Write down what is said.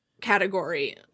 category